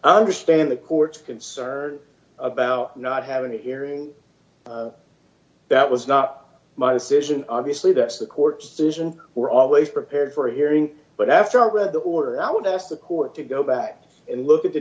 understand the courts concern about not having a hearing that was not my decision obviously that's the court's decision we're always prepared for hearing but after all read the order i would ask the court to go back and look at the